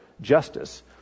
justice